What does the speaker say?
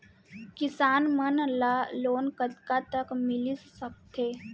किसान मन ला लोन कतका तक मिलिस सकथे?